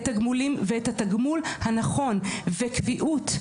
את הגמולים ואת התגמול הנכון וקביעות,